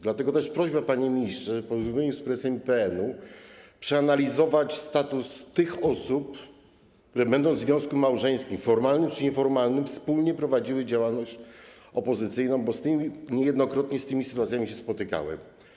Dlatego też jest prośba, panie ministrze, żeby w porozumieniu z Prezesem IPN-u przeanalizować status tych osób, które będąc w związku małżeńskim, formalnym czy nieformalnym, wspólnie prowadziły działalność opozycyjną, bo niejednokrotnie z takimi sytuacjami się spotykałem.